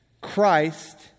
Christ